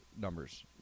numbers